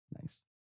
Nice